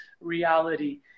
reality